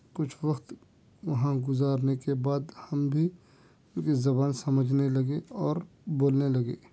کچھ وقت وہاں گزارنے کے بعد ہم بھی ان کی زبان سمجھنے لگے اور بولنے لگے